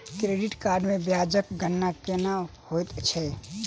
credit card मे ब्याजक गणना केना होइत छैक